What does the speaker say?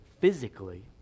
physically